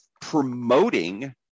promoting